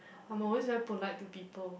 I'm always very polite to people